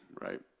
right